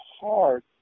hard